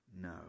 no